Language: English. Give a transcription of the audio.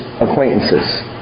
acquaintances